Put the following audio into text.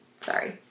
sorry